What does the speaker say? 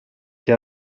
che